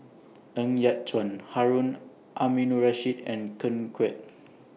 Ng Yat Chuan Harun Aminurrashid and Ken Kwek